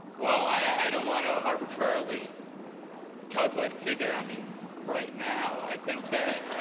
well i don't want to arbitrarily calculate a figure, i mean right now i think that